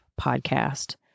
podcast